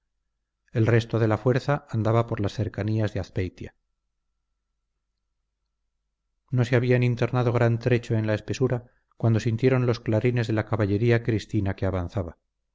el resto de la fuerza andaba por las cercanías de azpeitia no se habían internado gran trecho en la espesura cuando sintieron los clarines de la caballería cristina que avanzaba